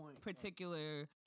particular